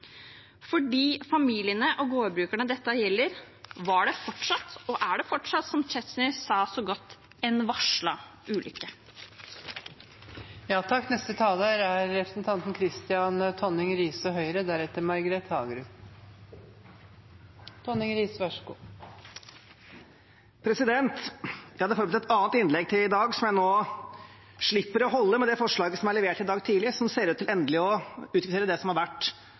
familiene og gårdbrukerne dette gjelder, var det fortsatt – og er fortsatt, som Tetzschner sa så godt – en varslet ulykke. Jeg hadde forberedt et annet innlegg til i dag, som jeg nå slipper å holde med de forslagene som ble levert i dag tidlig, som ser ut til endelig å definere det som har vært